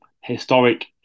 historic